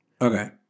Okay